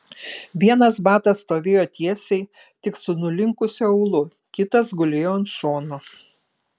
vienas batas stovėjo tiesiai tik su nulinkusiu aulu kitas gulėjo ant šono